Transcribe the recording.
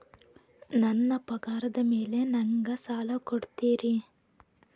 ನನ್ನ ಪಗಾರದ್ ಮೇಲೆ ನಂಗ ಸಾಲ ಕೊಡ್ತೇರಿ?